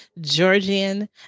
Georgian